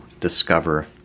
discover